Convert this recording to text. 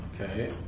Okay